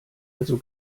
also